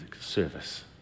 service